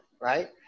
right